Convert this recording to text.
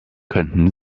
könnten